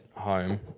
home